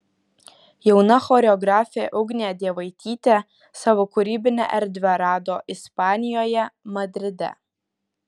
jauna choreografė ugnė dievaitytė savo kūrybinę erdvę rado ispanijoje madride